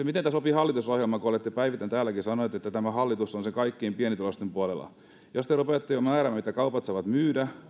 miten tämä sopii hallitusohjelmaan kun olette päivittäin täälläkin sanoneet että tämä hallitus on kaikkien pienituloisten puolella jos te rupeatte jo määräämään mitä kaupat saavat myydä